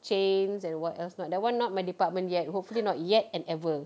chains and what else not that [one] not my department yet hopefully not yet and ever